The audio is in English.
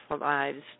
lives